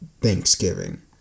Thanksgiving